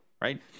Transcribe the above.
right